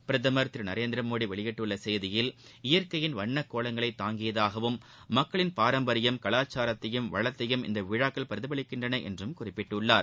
பிரதமர் திரு நரேந்திர மோடி வெளியிட்டுள்ள செய்தியில் இயற்கையின் வண்ணக்கேலங்களை தாங்கியதாகவும் மக்களின் பாரம்பரியம் கலாச்சாரத்தையும் வளத்தையும் இந்த விழாக்கள் பிரதிபலிக்கின்றன என்றும் குறிப்பிட்டுள்ளார்